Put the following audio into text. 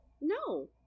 No